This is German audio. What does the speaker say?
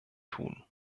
tun